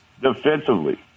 defensively